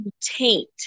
taint